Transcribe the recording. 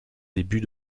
début